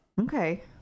Okay